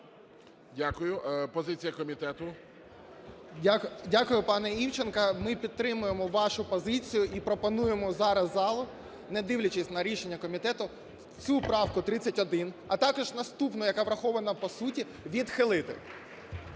ЖЕЛЕЗНЯК Я.І. Дякую, пане Івченко. Ми підтримуємо вашу позицію. І пропонуємо зараз залу, не дивлячись на рішення комітету, цю правку 31, а також наступну, яка врахована по суті, відхилити.